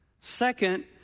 Second